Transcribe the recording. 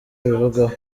abivugaho